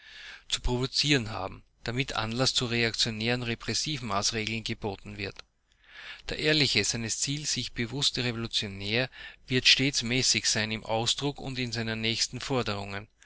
zu provozieren haben damit anlaß zu reaktionären repressivmaßregeln geboten wird der ehrliche seines zieles sich bewußte revolutionär wird stets mäßig sein im ausdruck und in seinen nächsten forderungen